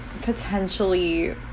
potentially